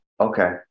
okay